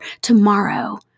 tomorrow